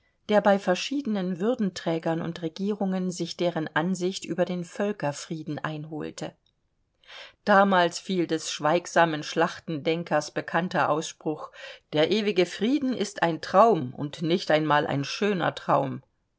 der bei verschiedenen würdenträgern und regierungen sich deren ansicht über den völkerfrieden einholte damals fiel des schweigsamen schlachtendenkers bekannter ausspruch der ewige frieden ist ein traum und nicht einmal ein schöner traum